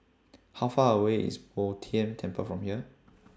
How Far away IS Bo Tien Temple from here